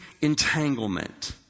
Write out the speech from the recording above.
entanglement